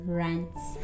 rants